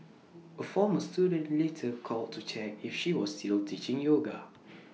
A former student later called to check if she was still teaching yoga